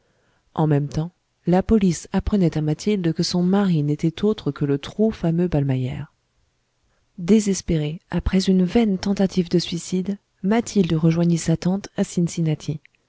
en même temps la police apprenait à mathilde que son mari n'était autre que le trop fameux ballmeyer désespérée après une vaine tentative de suicide mathilde rejoignit sa tante à cincinnati